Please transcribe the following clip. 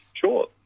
Sure